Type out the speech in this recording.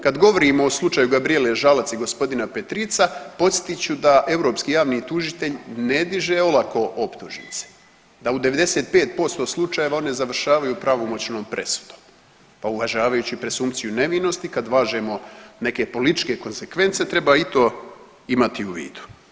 Kad govorimo o slučaju Gabrijele Žalac i g. Petrica podsjetit ću da europski javni tužitelj ne diže olako optužnice, da u 95% slučajeva one završavaju pravomoćnom presudom, pa uvažavajući presumpciju nevinosti kad važemo neke političke konzekvence treba i to imati u vidu.